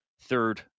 third